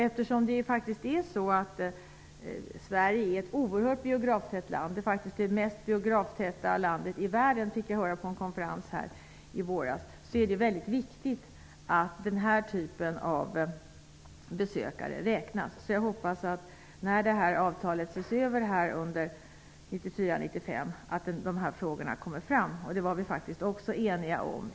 Eftersom Sverige är ett oerhört biograftätt land -- Sverige är faktiskt det mest biograftäta landet i världen, fick jag höra vid en konferens i våras -- är det väldigt viktigt att sådana här besökare räknas. Jag hoppas att dessa frågor kommer med när avtalet ses över under 1994/95. Det var vi i utskottet också eniga om.